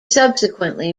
subsequently